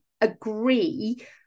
agree